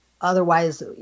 otherwise